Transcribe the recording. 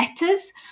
letters